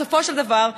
בסופו של דבר,